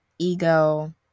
ego